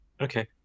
Okay